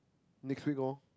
next week lor